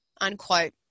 unquote